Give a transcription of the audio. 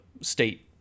state